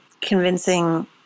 convincing